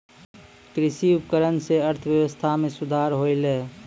कृषि उपकरण सें अर्थव्यवस्था में सुधार होलय